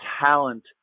talent